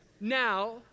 now